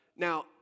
Now